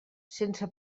sense